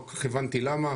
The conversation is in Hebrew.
לא כל כך הבנתי למה.